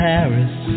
Paris